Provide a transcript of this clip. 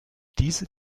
diese